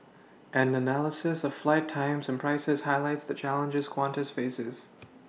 an analysis of flight times and prices highlights the challenges Qantas faces